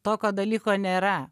tokio dalyko nėra